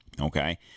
Okay